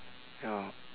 ya